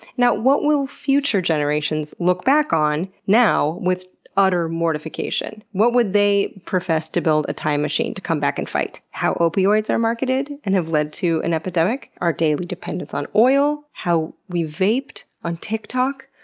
what will future generations look back on now with utter mortification? what would they profess to build a time machine to come back and fight? how opioids are marketed and have led to an epidemic? our daily dependence on oil? how we vaped on tiktok?